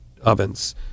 ovens